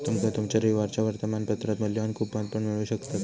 तुमका तुमच्या रविवारच्या वर्तमानपत्रात मुल्यवान कूपन पण मिळू शकतत